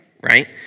right